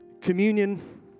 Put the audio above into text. communion